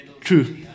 True